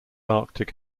arctic